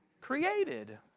created